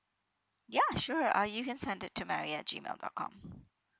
ya sure uh you can send it to mary at G mail dot com